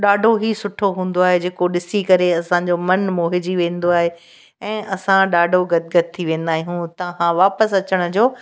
ॾाढो ई सुठो हूंदो आहे जेको ॾिसी करे असांजो मनु मोहिजी वेंदो आहे ऐं असां ॾाढो गदगद थी वेंदा आहियूं उतां खां वापसि अचण जो